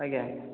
ଆଜ୍ଞା